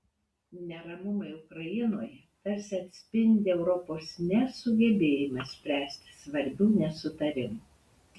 neramumai ukrainoje tarsi atspindi europos nesugebėjimą spręsti svarbių nesutarimų